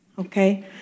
okay